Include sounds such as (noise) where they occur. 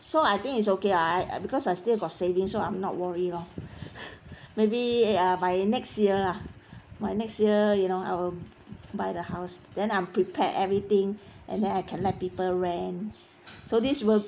so I think it's okay ah I I because I still got saving so I'm not worry lor (laughs) maybe uh by next year lah (breath) by next year you know I will buy the house then I'm prepared everything and then I can let people rent so this will